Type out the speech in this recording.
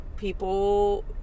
people